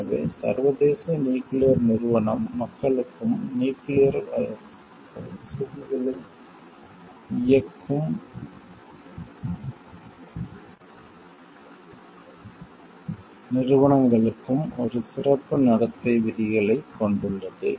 எனவே சர்வதேச நியூக்கிளியர் நிறுவனம் மக்களுக்கும் நியூக்கிளியர் வசதிகளை இயக்கும் நிறுவனங்களுக்கும் ஒரு சிறப்பு நடத்தை விதிகளைக் கொண்டுள்ளது